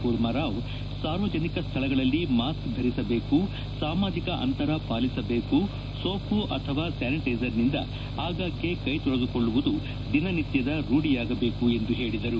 ಕೂರ್ಮಾರಾವ್ ಸಾರ್ವಜನಿಕ ಸ್ಥಳಗಳಲ್ಲಿ ಮಾಸ್ಕ್ ಧರಿಸಬೇಕು ಸಾಮಾಜಿಕ ಅಂತರ ಪಾಲಿಸಬೇಕು ಸೋಪು ಅಥವಾ ಸ್ಥಾನಿಟೈಸರ್ನಿಂದ ಆಗಾಗ್ಗೆ ಕೈ ತೊಳೆದುಕೊಳ್ಳುವುದು ದಿನನಿತ್ಯದ ರೂಢಿಯಾಗಬೇಕು ಎಂದು ಹೇಳಿದರು